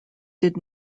did